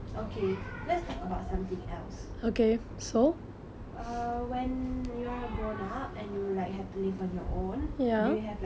err when you're a grown up and you're like have to live on your own do you have like a dream house what type of house you want to like live in